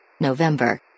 November